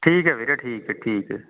ਠੀਕ ਹੈ ਵੀਰੇ ਠੀਕ ਹੈ ਠੀਕ ਹੈ